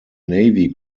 navy